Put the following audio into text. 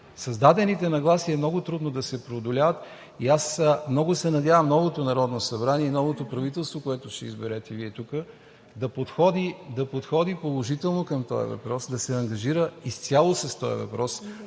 Създадените нагласи е много трудно да се преодоляват и аз много се надявам новото Народно събрание и новото правителство, което изберете Вие тук, да подходи положително към този въпрос, да се ангажира изцяло с този въпрос,